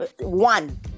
one